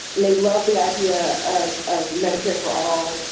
may love the idea of of medicare for all.